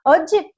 Oggi